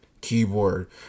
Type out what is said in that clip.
keyboard